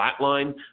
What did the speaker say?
flatline